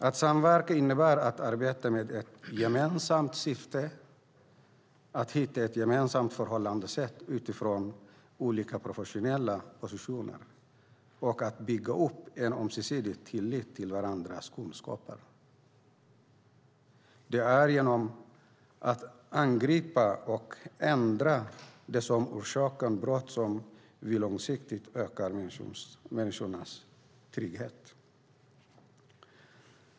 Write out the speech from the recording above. Att samverka innebär att arbeta med ett gemensamt syfte, att hitta ett gemensamt förhållningssätt utifrån olika professionella positioner och att bygga upp en ömsesidig tillit till varandras kunskaper. Det är genom att angripa och ändra det som orsakar brott som vi långsiktigt ökar människors trygghet.